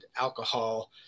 alcohol